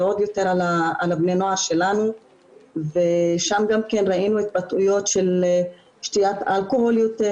אז אני אשמח גם על זה לשמוע או ממך